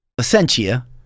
Essentia